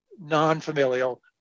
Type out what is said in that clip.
non-familial